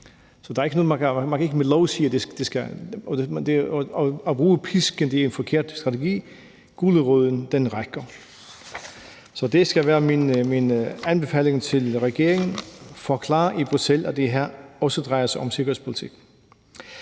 sådan. At bruge pisken er en forkert strategi. Guleroden rækker. Så det skal være min anbefaling til regeringen: Forklar i Bruxelles, at det her også drejer sig om sikkerhedspolitik.